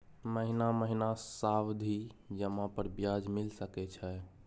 महीना महीना सावधि जमा पर ब्याज मिल सके छै?